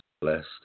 blessed